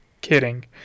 Kidding